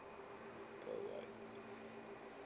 pearl white